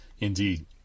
Indeed